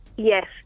Yes